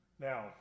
Now